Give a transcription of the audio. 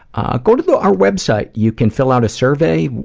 ah, go to the our website, you can fill out a survey,